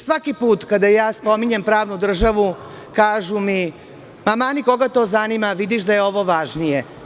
Svaki put kada spominjem pravnu državu, kažu mi – mani, koga to zanima, vidiš da je ovo važnije.